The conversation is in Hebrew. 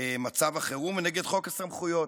מצב החירום ונגד חוק הסמכויות.